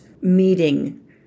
meeting